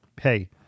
hey